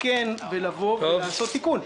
לעשות תיקון.